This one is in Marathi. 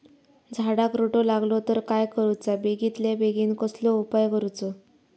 झाडाक रोटो लागलो तर काय करुचा बेगितल्या बेगीन कसलो उपाय करूचो?